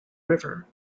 river